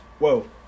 Whoa